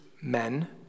men